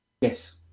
yes